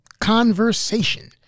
conversation